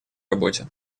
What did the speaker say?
работе